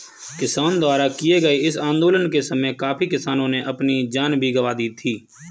किसानों द्वारा किए गए इस आंदोलन के समय काफी किसानों ने अपनी जान भी गंवा दी थी